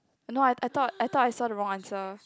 I know I I thought I thought I saw the wrong answer